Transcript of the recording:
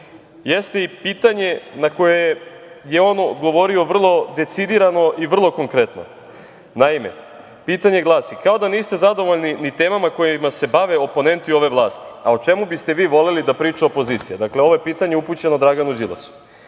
jeste i pitanje na koje je odgovorio vrlo decidirano i vrlo konkretno, naime pitanje glasi – kao da niste zadovoljni ni temama kojima se bave oponenti ove vlasti, a o čemu biste vi voleli da priča opozicija? Dakle, ovo je pitanje koje je upućeno Draganu Đilasu.